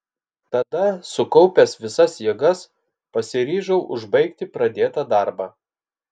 tada sukaupęs visas jėgas pasiryžau užbaigti pradėtą darbą